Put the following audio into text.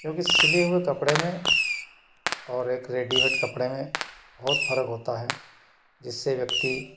क्योंकि सिलें हुए कपड़े में और एक रेडिमेड कपड़े में बहुत फ़र्क होता हैं जिससे व्यक्ति